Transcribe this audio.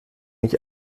mich